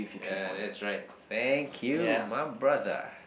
yeah that's right thank you my brother